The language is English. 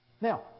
Now